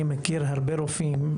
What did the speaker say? אני מכיר הרבה רופאים,